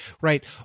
right